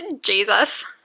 Jesus